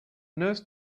nurse